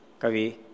kavi